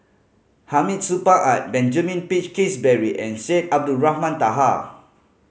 Hamid Supaat Benjamin Peach Keasberry and Syed Abdulrahman Taha